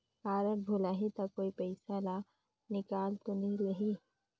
Card भुलाही ता कोई पईसा ला निकाल तो नि लेही?